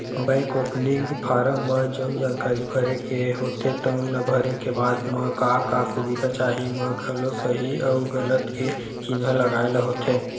bank opening form म जउन जानकारी भरे के होथे तउन ल भरे के बाद म का का सुबिधा चाही म घलो सहीं अउ गलत के चिन्हा लगाए ल होथे